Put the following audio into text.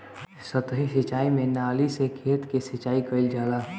सतही सिंचाई में नाली से खेत के सिंचाई कइल जाला